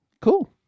Cool